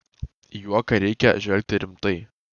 į juoką reikia žvelgti rimtai